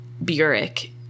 Burek